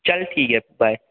चल ठीक ऐ बाय